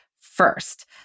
first